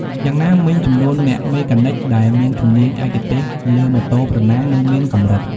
យ៉ាងណាមិញចំនួនអ្នកមេកានិចដែលមានជំនាញឯកទេសលើម៉ូតូប្រណាំងនៅមានកម្រិត។